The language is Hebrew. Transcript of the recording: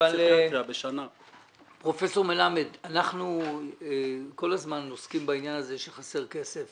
אנחנו כל הזמן עוסקים בעניין הזה שחסר כסף